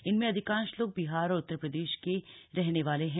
इनमें अधिकांश लोग बिहार और उत्तर प्रदेश के रहने वाले हैं